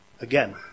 again